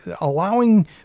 allowing